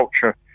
culture